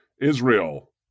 Israel